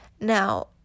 now